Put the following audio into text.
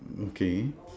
okay